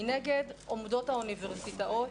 ומנגד עומדות האוניברסיטאות,